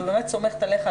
אני באמת סומכת עליך,